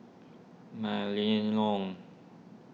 Mylene Ong